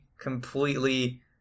completely